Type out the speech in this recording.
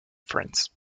france